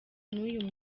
n’uyu